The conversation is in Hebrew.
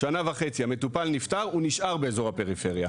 אחרי שנה וחצי המטופל נפטר הוא נשאר באזור הפריפריה,